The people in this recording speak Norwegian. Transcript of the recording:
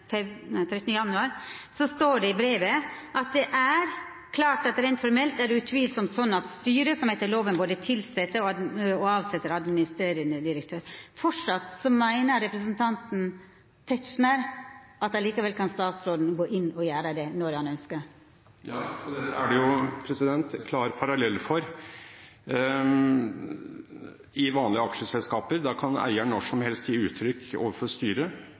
13. januar står det: «Det er dermed klart at rent formelt er det utvilsomt sånn at det er styret som etter loven både tilsetter og avsetter administrerende direktør». Framleis meiner representanten Tetzschner at statsråden likevel kan gå inn og gjera det, når han ønskjer det? Ja, og dette er det jo en klar parallell til i vanlige aksjeselskaper – da kan eieren når som helst gi uttrykk overfor styret.